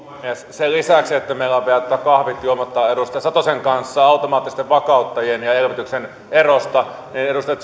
sen lisäksi että meillä on vielä kahvit juomatta edustaja satosen kanssa automaattisten vakauttajien ja elvytyksen erosta niin edustaja